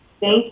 Thank